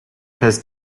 has